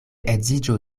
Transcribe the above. edziĝo